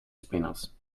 spinners